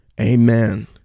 Amen